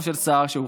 כל